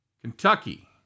Kentucky